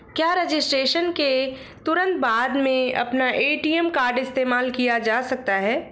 क्या रजिस्ट्रेशन के तुरंत बाद में अपना ए.टी.एम कार्ड इस्तेमाल किया जा सकता है?